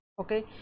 okay